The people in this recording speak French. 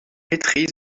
maîtrise